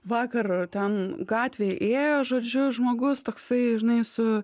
vakar ten gatvėj ėjo žodžiu žmogus toksai žinai su